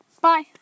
Bye